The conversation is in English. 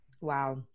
Wow